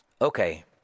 Okay